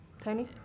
Tony